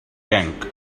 tank